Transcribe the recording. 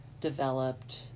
developed